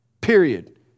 Period